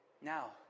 now